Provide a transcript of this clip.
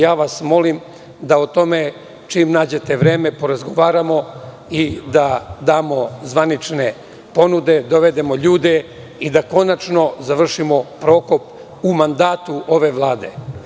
Ja vas molim da o tome, čim nađete vreme, porazgovaramo i da damo zvanične ponude, dovedemo ljude i da konačno završimo „Prokop“ u mandatu ove Vlade.